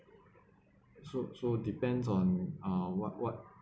so so depends on uh what what